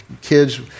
kids